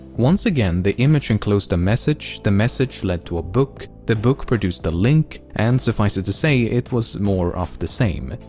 once again the image enclosed a message, the message lead to a book, the book produced a link, and suffice it to say, it was more of the same.